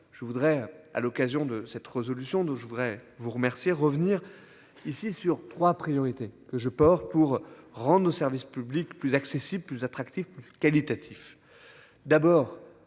je voudrais, à l'occasion de cette résolution de je voudrais vous remercier revenir ici sur 3 priorités que je porte pour rendre service public plus accessible, plus attractif, qualitatif. D'abord